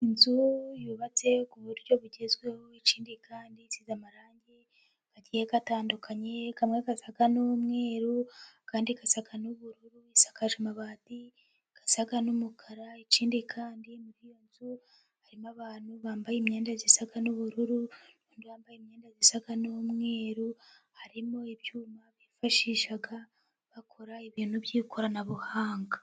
Inzu yubatse ku buryo bugezweho, ikindi kandi isize amarangi agiye atandukanye, amwe asa n'umweru, andi asa n'ubururu, isakaje amabati asa n'umukara, ikindi kandi muri iyo nzu harimo abantu bambaye imyenda isa n'ubururu, abandi bambaye imyenda isa n'umweru, harimo ibyuma bifashisha bakora ibintu by'ikoranabuhanga.